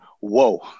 Whoa